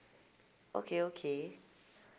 okay okay